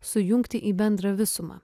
sujungti į bendrą visumą